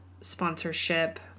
sponsorship